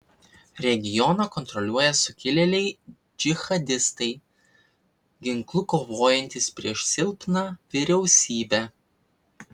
regioną kontroliuoja sukilėliai džihadistai ginklu kovojantys prieš silpną vyriausybę